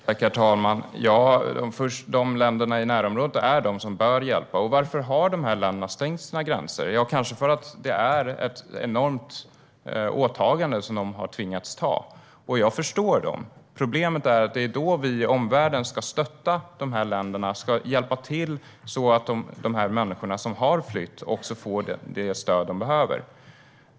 Herr talman! Länderna i närområdet är de som bör hjälpa. Varför har dessa länder stängt sina gränser? Kanske för att det är ett enormt åtagande som de har tvingats till. Jag förstår dem. Vi i omvärlden måste stötta dessa länder och hjälpa till så att de människor som har flytt får det stöd de behöver.